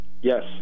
Yes